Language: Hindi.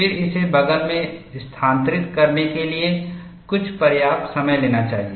फिर इसे बग़ल में स्थानांतरित करने के लिए कुछ पर्याप्त समय लेना चाहिए